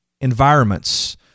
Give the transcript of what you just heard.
environments